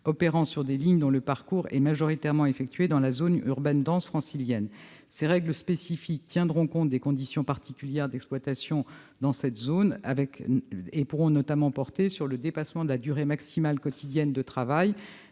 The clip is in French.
opérant sur des lignes dont le parcours est majoritairement effectué dans la zone urbaine dense francilienne. Ces règles spécifiques tiendront compte des conditions particulières d'exploitation dans cette zone et pourront notamment porter sur le dépassement de la durée maximale quotidienne de travail,